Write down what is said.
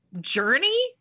journey